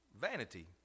Vanity